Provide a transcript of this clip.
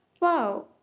Wow